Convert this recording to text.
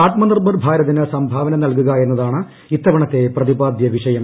ആത്മനിർഭർ ഭാരതിന് സംഭാവന നൽകുക എന്നതാണ് ഇത്തവണത്തെ പ്രതിപാദ്യ വിഷയം